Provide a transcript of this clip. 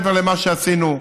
מעבר למה שעשינו,